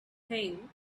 thing